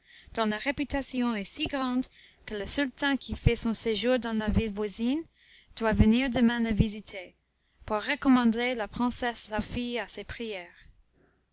dont la réputation est si grande que le sultan qui fait son séjour dans la ville voisine doit venir demain le visiter pour recommander la princesse sa fille à ses prières